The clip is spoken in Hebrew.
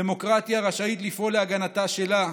דמוקרטיה רשאית לפעול להגנתה שלה,